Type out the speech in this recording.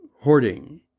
hoarding